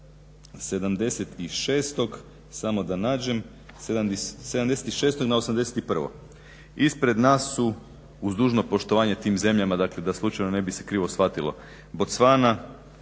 76. na 81.